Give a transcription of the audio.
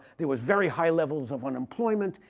there was very high levels of unemployment.